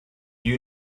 you